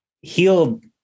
healed